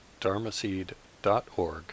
dharmaseed.org